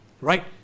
Right